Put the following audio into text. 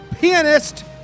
pianist